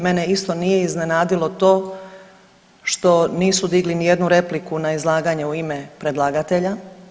Mene isto nije iznenadilo to što nisu digli ni jednu repliku na izlaganje u ime predlagatelja.